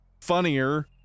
funnier